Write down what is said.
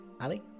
Ali